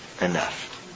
Enough